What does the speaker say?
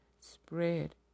spread